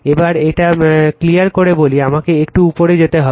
এবার এটা ক্লিয়ার করে বলি আমাকে একটু উপরে যেতে হবে